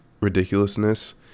ridiculousness